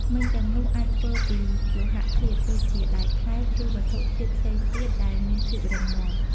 ធ្មេញទាំងនោះអាចធ្វើពីលោហធាតុ ដូចជាដែកថែប ឬវត្ថុធាតុផ្សេងទៀតដែលមានភាពរឹងមាំ។